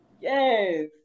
yes